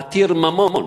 עתיר ממון,